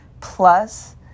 plus